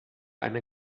eine